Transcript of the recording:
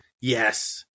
Yes